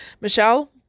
Michelle